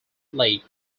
lake